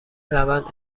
روند